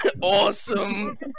Awesome